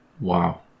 Wow